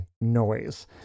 noise